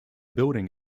building